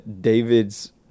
David's